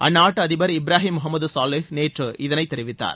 அந்நாட்டு அதிபர் இப்ரஹிம் முகமது சோலி நேற்று இதனைத் தெரிவித்தார்